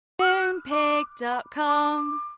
Moonpig.com